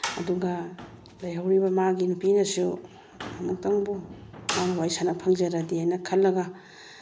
ꯑꯗꯨꯒ ꯂꯩꯍꯧꯔꯤꯕ ꯃꯥꯒꯤ ꯅꯨꯄꯤꯅꯁꯨ ꯑꯃꯨꯛꯇꯪꯕꯨ ꯃꯥꯒ ꯋꯥꯔꯤ ꯁꯥꯟꯅꯕ ꯐꯪꯖꯔꯗꯤ ꯍꯥꯏꯅ ꯈꯜꯂꯒ